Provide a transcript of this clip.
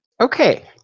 Okay